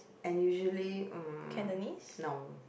and usually mm no